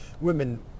women